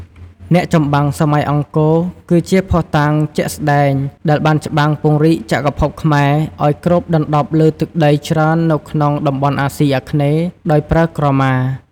អ្នកចម្បាំងសម័យអង្គរ គឺជាភស្តុតាងជាក់ស្តែងដែលបានច្បាំងពង្រីកចក្រភពខ្មែរ ឲ្យគ្របដណ្តប់លើទឹកដីច្រើននៅក្នុងតំបន់អាស៊ីអាគ្នេយ៍ដោយប្រើក្រមា។